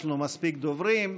יש לנו מספיק דוברים.